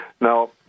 Now